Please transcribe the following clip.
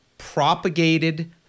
propagated